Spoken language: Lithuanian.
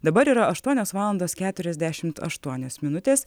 dabar yra aštuonios valandos keturiasdešimt aštuonios minutės